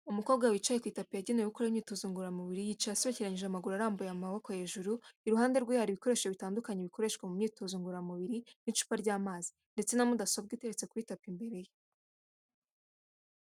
Umukobwa wicaye ku itapi yagenewe gukoreraho imyitozo ngoramubiri. Yicaye asobekeranyije amaguru arambuye amaboko hejuru. Iruhande rwe hari bikoresho bitandukanye bikoreshwa mu myitozo ngororamubiri n'icupa ry'amazi, ndetse na mudasobwa iteretse kuri tapi imbere ye.